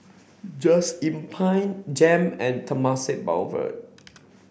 just Inn Pine JEM and Temasek Boulevard